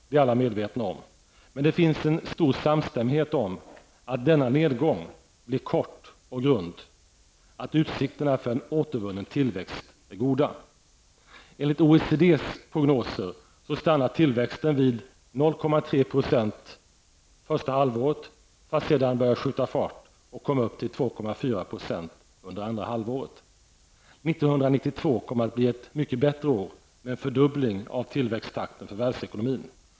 Det är alla medvetna om. Men det finns en stor samstämmighet om att denna nedgång blir kort och grund, att utsikterna för en återvunnen tillväxt är goda. Enligt OECDs prognoser stannar tillväxten vid 0,3 procent första halvåret, för att sedan börja skjuta fart och komma upp till 2,4 procent under andra halvåret. 1992 kommer att bli ett mycket bättre år, med en fördubbling i tillväxttakten för världsekonomin.